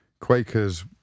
Quakers